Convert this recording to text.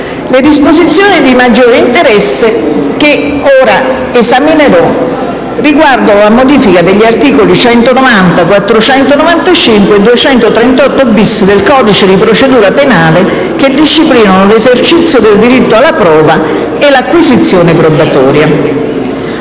Le disposizioni di maggiore interesse che ora esaminerò riguardano la modifica degli articoli 190, 495 e 238-*bis* del codice di procedura penale, che disciplinano l'esercizio del diritto alla prova e l'acquisizione probatoria.